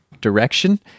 direction